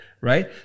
Right